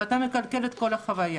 ואתה מקלקל את כל החוויה,